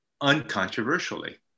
uncontroversially